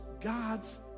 God's